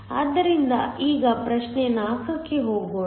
ಆದ್ದರಿಂದ ಈಗ ಪ್ರಶ್ನೆ 4 ಕ್ಕೆ ಹೋಗೋಣ